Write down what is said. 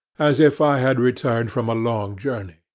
as if i had returned from a long journey.